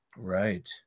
right